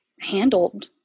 handled